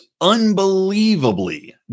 unbelievably